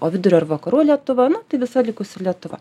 o vidurio ir vakarų lietuva na tai visa likusi lietuva